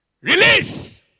release